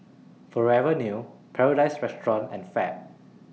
Forever New Paradise Restaurant and Fab